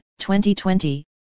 2020